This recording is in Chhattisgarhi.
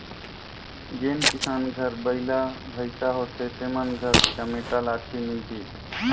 जेन किसान घर बइला भइसा होथे तेमन घर चमेटा लाठी मिलही